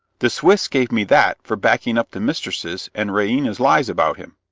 the swiss gave me that for backing up the mistress's and raina's lies about him.